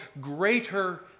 greater